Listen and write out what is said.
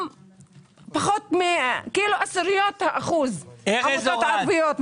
רק עשיריות האחוז הן עמותות ערביות.